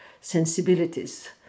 sensibilities